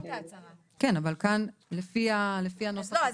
אז אני אומרת,